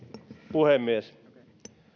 puhemies